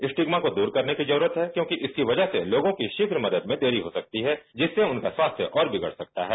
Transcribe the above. stigma को दूर करने की जरूरत है क्योंकि इसकी वजह से लोगों की शीघ्र मदद में देरी हो सकती है जिससे उनका स्वास्थ्य और बिगड सकता है